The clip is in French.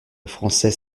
français